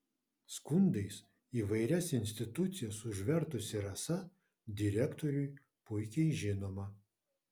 skundais įvairias institucijas užvertusi rasa direktoriui puikiai žinoma